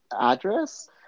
address